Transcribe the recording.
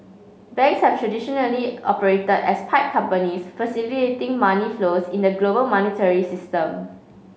banks have traditionally operated as pipe companies facilitating money flows in the global monetary system